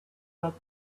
truck